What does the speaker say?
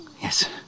Yes